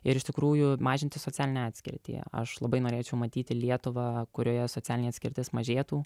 ir iš tikrųjų mažinti socialinę atskirtį aš labai norėčiau matyti lietuvą kurioje socialinė atskirtis mažėtų